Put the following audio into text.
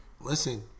Listen